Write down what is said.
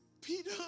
Peter